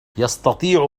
يستطيع